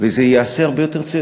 וזה יעשה הרבה יותר צדק.